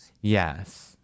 yes